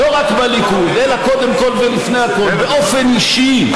לדאוג, לחלק מהנשים יש ילדים,